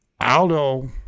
aldo